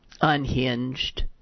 unhinged